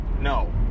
no